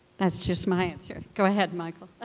that's just my answer. go ahead, michael.